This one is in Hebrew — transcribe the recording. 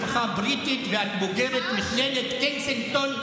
חברת הכנסת גוטליב.